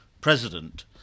president